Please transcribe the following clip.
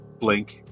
blink